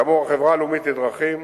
כאמור, החברה הלאומית לדרכים,